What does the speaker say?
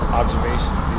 observations